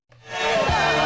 Hey